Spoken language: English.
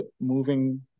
moving